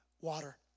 water